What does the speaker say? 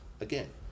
again